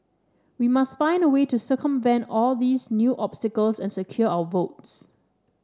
we must find a way to circumvent all these new obstacles and secure our votes